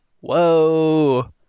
whoa